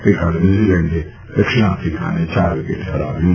ગઈકાલે ન્યુઝીલેન્ડે દક્ષિણ આફિકાને ચાર વિકેટે ફરાવ્યું છે